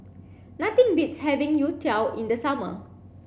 nothing beats having Youtiao in the summer